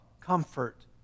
comfort